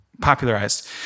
popularized